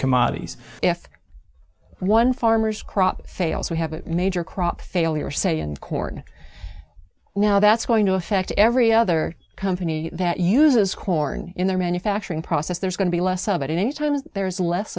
commodities if one farmers crop fails we have a major crop failure say and corn now that's going to affect every other company that uses corn in their manufacturing process there's going to be less about it any time there's less